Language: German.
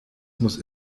muss